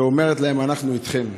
ואומרת להם: אנחנו איתכם,